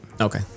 Okay